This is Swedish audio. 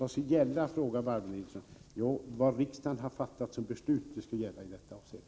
Vad skall då gälla i detta sammanhang? frågar Barbro Nilsson. Jo, det beslut som riksdagen har fattat skall gälla i detta avseende.